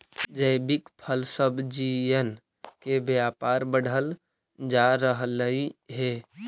जैविक फल सब्जियन के व्यापार बढ़ल जा रहलई हे